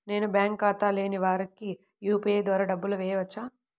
నేను బ్యాంక్ ఖాతా లేని వారికి యూ.పీ.ఐ ద్వారా డబ్బులు వేయచ్చా?